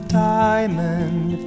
diamond